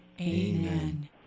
Amen